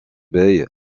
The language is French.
bay